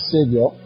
Savior